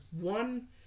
one